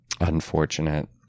unfortunate